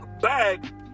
bag